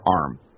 arm